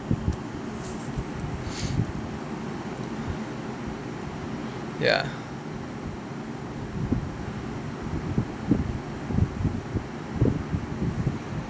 ya